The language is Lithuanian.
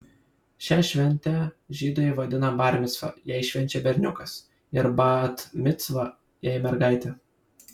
šią šventę žydai vadina bar micva jei švenčia berniukas ir bat micva jei mergaitė